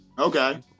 Okay